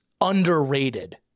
underrated